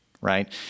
right